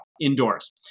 indoors